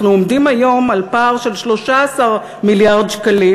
אנחנו עומדים היום על פער של 13 מיליארד שקלים